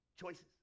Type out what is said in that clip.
Choices